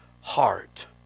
heart